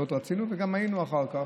מאוד רצינו, וגם היינו אחר כך.